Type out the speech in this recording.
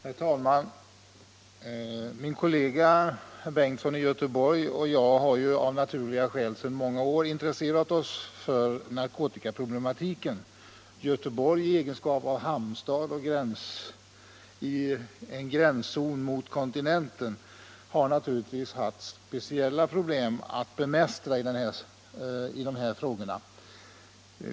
Herr talman! Min kollega herr Bengtsson i Göteborg och jag har av naturliga skäl sedan många år intresserat oss för narkotikaproblematiken. Göteborg, i egenskap av hamnstad i en gränszon för trafik mot kontinenten, har naturligtvis haft speciella problem att bemästra i dessa sammanhang.